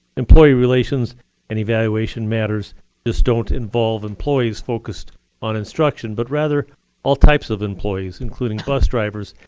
employee relations and evaluation matters just don't involve employees focused on instruction, but rather all types of employees, including bus drivers,